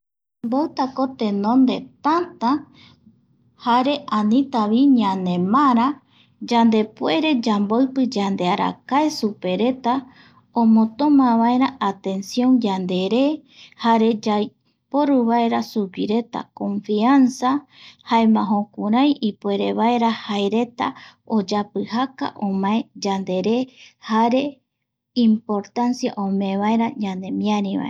﻿Mbotako tenonde tätä, jare anitavi ñanemara yandepuere yamboipi yandearakae supereta, omotoma vaera atención yandere, jare yai poru suguireta confianza, jaema jukurai ipuerevaera jaereta oyapijaka omae yandere jare importancia omeevaera yandere